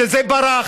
שזה ברח,